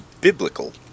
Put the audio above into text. biblical